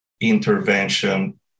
intervention